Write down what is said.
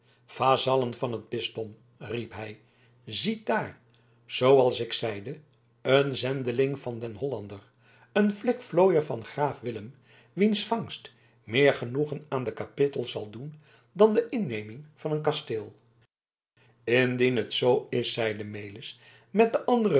vazallen van het bisdom riep hij ziet daar zooals ik zeide een zendeling van den hollander een flikflooier van graaf willem wiens vangst meer genoegen aan de kapittel zal doen dan de inneming van een kasteel indien het zoo is zeide melis met de andere